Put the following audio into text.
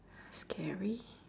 scary